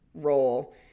Role